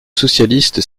socialiste